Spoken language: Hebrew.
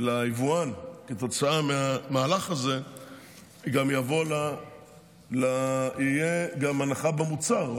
ליבואן כתוצאה מהמהלך הזה גם יביא להנחה במוצר,